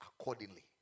accordingly